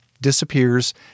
disappears